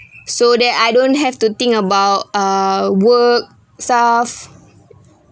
so that I don't have to think about uh work stuff